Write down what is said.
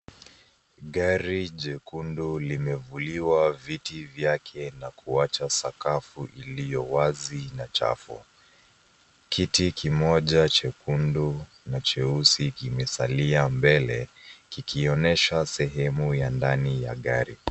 Gari jekundu limevuliwa viti vyake na kuwacha sakafu iliyo wazi na chafu. Kiti kimoja chekundu na cheusi kimesalia mbele kikionyesha sehemu ya mbele ya gari.